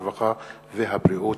הרווחה והבריאות.